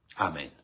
Amen